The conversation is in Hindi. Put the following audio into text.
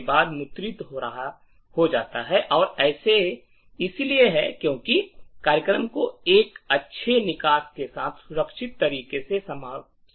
के बाद मुद्रित हो जाता है और ऐसा इसलिए है क्योंकि कार्यक्रम को एक अच्छे निकास के साथ सुरक्षित तरीके से समाप्त नहीं किया गया था